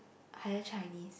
higher Chinese